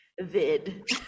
vid